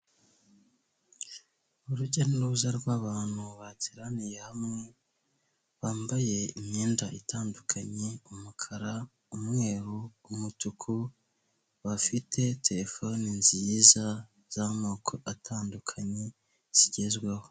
Urujya n'uruza rw'abantu bateraniye hamwe, bambaye imyenda itandukanye, umukara, umweru, umutuku bafite telefone nziza z'amoko atandukanye zigezweho.